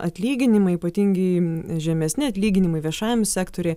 atlyginimai ypatingi žemesni atlyginimai viešajam sektoriuje